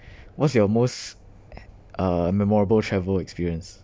what's your most uh memorable travel experience